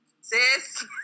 Sis